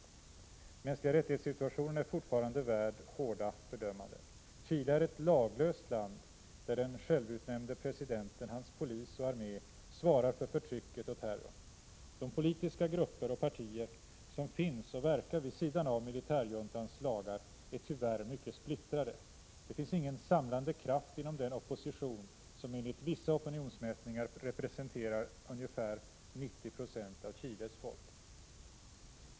Situationen när det gäller de mänskliga rättigheterna är fortfarande värd hårda fördömanden. Chile är ett laglöst land, där den självutnämnde presidenten, hans polis och armé svarar för förtrycket och terrorn. De politiska grupper och partier som finns och verkar vid sidan av militärjuntans lagar är tyvärr mycket splittrade. Det finns ingen samlande kraft inom den opposition som enligt vissa opinionsmätningar representerar cirka 90 96 av Chiles folk.